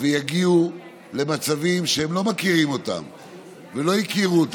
ויגיעו למצבים שהם לא מכירים ולא הכירו.